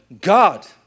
God